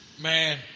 Man